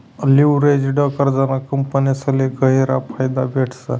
leveraged कर्जना कंपन्यासले गयरा फायदा भेटस